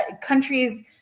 countries